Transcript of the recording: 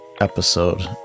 episode